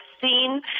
seen